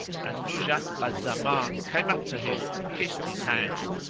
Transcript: and nuzhat al-zaman came up to him and kissed his hands,